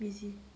busy